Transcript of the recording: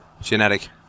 genetic